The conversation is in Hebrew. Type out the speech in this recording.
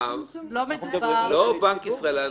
לא בנק ישראל.